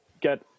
get